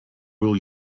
will